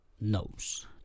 knows